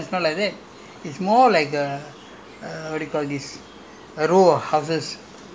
see they have clusters of houses and can this [one] is not like that it's more like uh